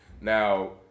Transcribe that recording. now